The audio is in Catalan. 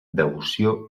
devoció